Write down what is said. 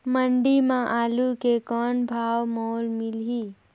मंडी म आलू के कौन भाव मोल मिलही?